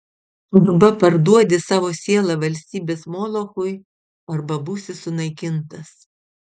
arba parduodi savo sielą valstybės molochui arba būsi sunaikintas